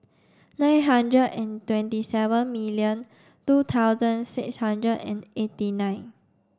nine hundred and twenty seven million two thousand six hundred and eighty nine